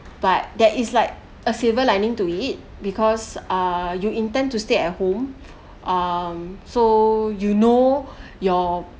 but that is like a silver lining to it because uh you intend to stay at home um so you know your